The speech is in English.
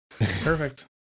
perfect